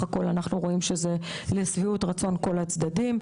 הכל אנחנו רואים שזה לשביעות רצון כל הצדדים,